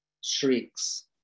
shrieks